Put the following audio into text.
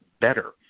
better